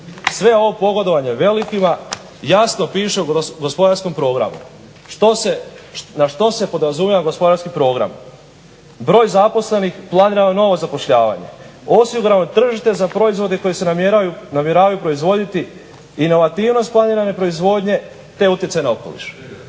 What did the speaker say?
Sve ovo pogodovanje velikima jasno piše u gospodarskom programu. Što se, na što se podrazumijeva gospodarski program? Broj zaposlenih planira novo zapošljavanje, osigurano tržište za proizvode koji se namjeravaju proizvoditi, inovativnost planirane proizvodnje te utjecaj na okoliš.